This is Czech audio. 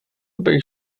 bych